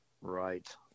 right